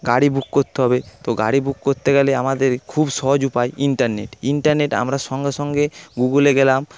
গাড়ি বুক করতে হবে তো গাড়ি বুক করতে গেলে আমাদের খুব সহজ উপায় ইন্টারনেট ইন্টারনেট আমরা সঙ্গে সঙ্গে গুগুলে গেলাম